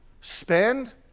spend